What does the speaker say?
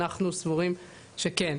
אנחנו סבורים שכן.